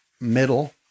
middle